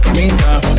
meantime